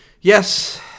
yes